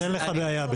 אז אין לך בעיה בעצם.